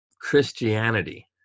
Christianity